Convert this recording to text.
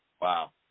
Wow